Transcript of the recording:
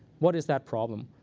what is that problem?